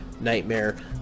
nightmare